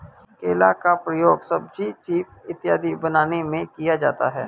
केला का प्रयोग सब्जी चीफ इत्यादि बनाने में किया जाता है